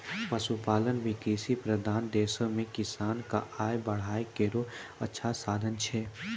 पशुपालन भी कृषि प्रधान देशो म किसान क आय बढ़ाय केरो अच्छा साधन छै